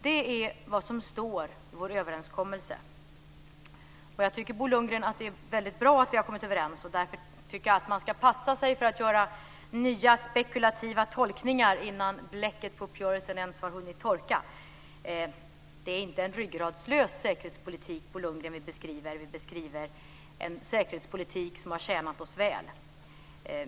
Det är vad som står i vår överenskommelse, och jag tycker, Bo Lundgren, att det är väldigt bra att vi har kommit överens. Därför tycker jag att man ska passa sig för att göra nya, spekulativa tolkningar innan bläcket på uppgörelsen ens har hunnit torka. Det är inte en ryggradslös säkerhetspolitik vi beskriver, Bo Lundgren. Vi beskriver en säkerhetspolitik som har tjänat oss väl.